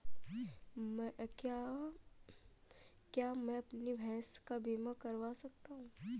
क्या मैं अपनी भैंस का बीमा करवा सकता हूँ?